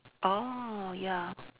orh ya